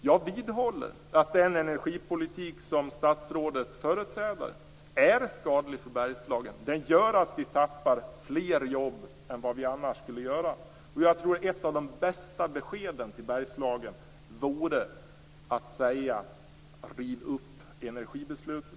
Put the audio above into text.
Jag vidhåller att den energipolitik som statsrådet företräder är skadlig för Bergslagen. Den gör att vi tappar fler jobb än vad vi annars skulle göra. Jag tror att ett av de bästa beskeden till Bergslagen vore att säga: Riv upp energibeslutet.